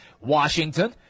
Washington